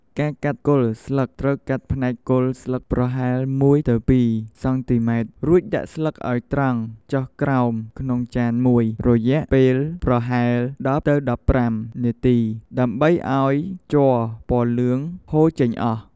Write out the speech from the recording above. ការកាត់គល់ស្លឹកត្រូវ កាត់ផ្នែកគល់ស្លឹកប្រហែល ១ទៅ២ សង់ទីម៉ែត្រ រួចដាក់ស្លឹកឲ្យត្រង់ចុះក្រោមក្នុងចានមួយ រយៈពេលប្រហែល ១០ទៅ១៥ នាទី ដើម្បីឲ្យជ័រពណ៌លឿង ហូរចេញអស់។